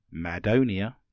Madonia